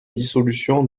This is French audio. dissolution